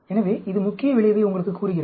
எனவே இது முக்கிய விளைவை உங்களுக்குக் கூறுகிறது